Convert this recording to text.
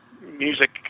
music